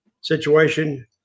situation